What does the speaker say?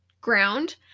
ground